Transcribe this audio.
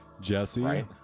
Jesse